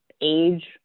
age